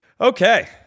okay